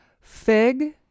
Fig